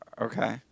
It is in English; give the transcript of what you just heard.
Okay